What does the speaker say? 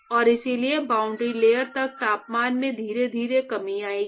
और इसलिए boundary layer तक तापमान में धीरे धीरे कमी आएगी